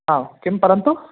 आं किं परन्तु